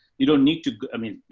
you don't need to, i mean,